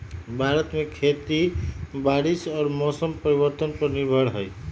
भारत में खेती बारिश और मौसम परिवर्तन पर निर्भर हई